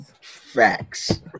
Facts